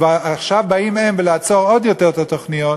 ועכשיו הם באים כדי לעצור עוד יותר את התוכניות,